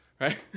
Right